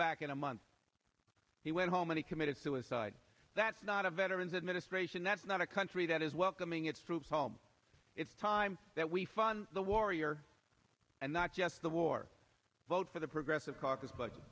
back in a month he went home and he committed suicide that's not a veteran's administration that's not a country that is welcoming its troops home it's time that we fund the warrior and not just the war vote for the progressive c